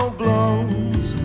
blows